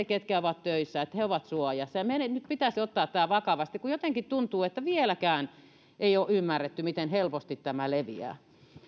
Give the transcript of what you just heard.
ketkä ovat töissä ovat suojassa meidän nyt pitäisi ottaa tämä vakavasti kun jotenkin tuntuu että vieläkään ei ole ymmärretty miten helposti tämä leviää